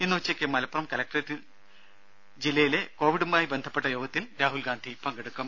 ഇന്ന് ഉച്ചയ്ക്ക് മലപ്പുറം കലക്ടറേറ്റിൽ ജില്ലയിലെ കോവിഡുമായി ബന്ധപ്പെട്ട യോഗത്തിൽ അദ്ദേഹം പങ്കെടുക്കും